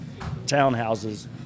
townhouses